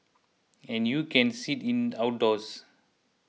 and you can sit in outdoors